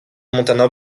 montana